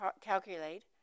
calculate